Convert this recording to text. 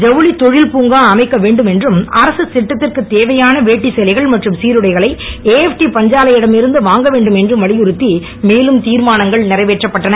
ஜவுளி தொழிற்புங்கா அமைக்க வேண்டும் என்றும் அரசுத் திட்டத்திற்குத் தேவையான வேட்டி சேலைகள் மற்றும் சிருடைகளை ஏஎப்டி பஞ்சாலையிடம் இருந்து வாங்கவேண்டும் என்றும் வலியுறுத்தி மேலும் தீர்மானங்கள் நிறைவேற்றப் பட்டன